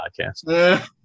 podcast